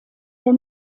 der